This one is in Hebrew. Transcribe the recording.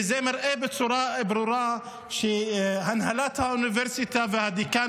וזה מראה בצורה ברורה שהנהלת האוניברסיטה והדיקן